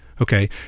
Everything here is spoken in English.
Okay